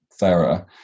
Thera